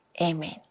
amen